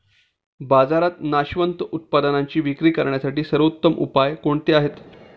बाजारात नाशवंत उत्पादनांची विक्री करण्यासाठी सर्वोत्तम उपाय कोणते आहेत?